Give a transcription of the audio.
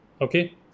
okay